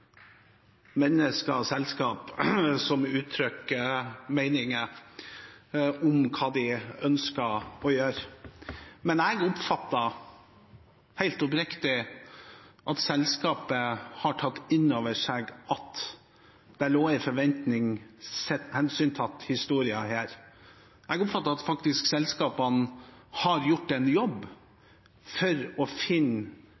mennesker og selskaper som uttrykker meninger om hva de ønsker å gjøre. Men jeg oppfatter, helt oppriktig, at selskapet har tatt inn over seg at det lå en forventning hensyntatt historien her. Jeg oppfatter at selskapene faktisk har gjort en